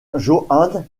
joan